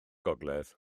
gogledd